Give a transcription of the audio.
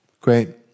Great